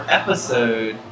episode